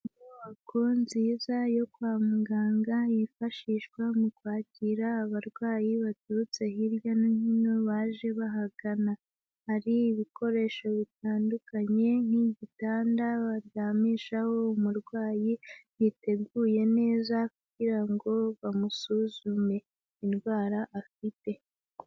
Inyubako nziza yo kwa muganga yifashishwa mu kwakira abarwayi baturutse hirya no hino baje bahagana. Hari ibikoresho bitandukanye nk'igitanda baryamishaho umurwayi giteguye neza kugira ngo bamusuzume indwara afite.